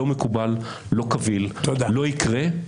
זה לא מקובל, לא קביל, לא יקרה.